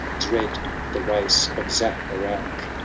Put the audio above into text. dread the race of zaharak!